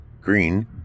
Green